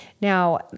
Now